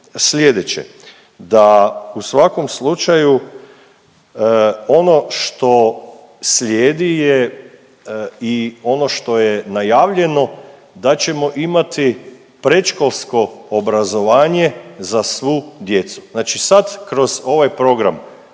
slijedeće da u svakom slučaju ono što slijedi je i ono što je najavljeno da ćemo imati predškolsko obrazovanje za svu djecu, znači sad kroz ovaj program